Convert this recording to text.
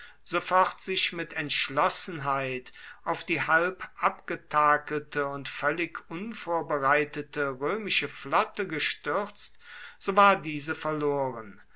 sofort sich mit entschlossenheit auf die halbabgetakelte und völlig unvorbereitete römische flotte gestürzt so war diese verloren